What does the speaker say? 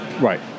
Right